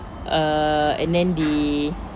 err and then they